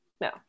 No